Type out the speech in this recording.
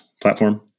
platform